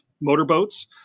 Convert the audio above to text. motorboats